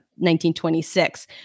1926